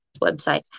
website